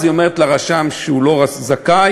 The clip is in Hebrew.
היא אומרת לרשם שהוא לא זכאי,